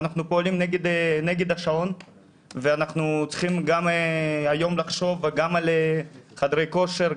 אנחנו פועלים נגד השעון ואנחנו צריכים היום לחשוב גם על חדרי כושר,